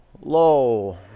Low